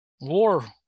war